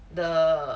the